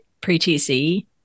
pre-tc